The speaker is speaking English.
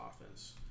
offense